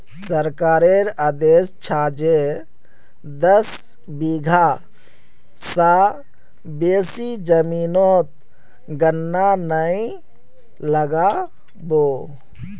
सरकारेर आदेश छ जे दस बीघा स बेसी जमीनोत गन्ना नइ लगा बो